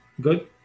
good